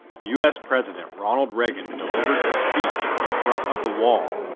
us president ronald reagan delivered a speech in front of the wall,